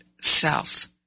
self